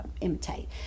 imitate